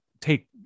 take